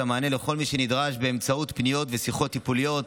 המענה לכל מי שנדרש באמצעות פניות ושיחות טיפוליות,